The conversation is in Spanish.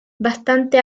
bastante